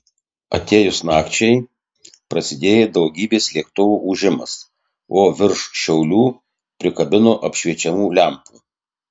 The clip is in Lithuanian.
atėjus nakčiai prasidėjo daugybės lėktuvų ūžimas o virš šiaulių prikabino apšviečiamų lempų